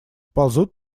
ползут